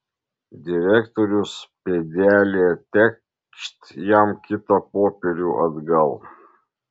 direktorius pėdelė tėkšt jam kitą popierių atgal